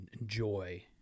enjoy